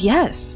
Yes